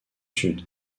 sud